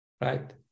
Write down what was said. right